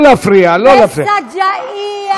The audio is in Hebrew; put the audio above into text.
להפלות, תגידו?